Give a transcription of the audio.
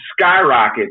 skyrocket